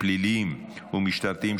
מתנגדים ואפס נמנעים.